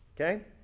Okay